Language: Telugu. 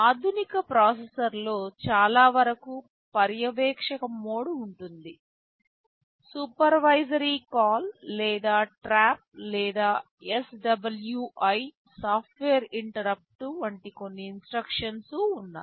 ఆధునిక ప్రాసెసర్లలో చాలా వరకు పర్యవేక్షక మోడ్ ఉంటుంది సూపర్వైజారి కాల్ లేదా ట్రాప్ లేదా SWI సాఫ్ట్వేర్ ఇంటరుప్పుట్ వంటి కొన్ని ఇన్స్ట్రక్షన్స్ ఉన్నాయి